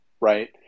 right